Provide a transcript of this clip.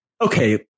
okay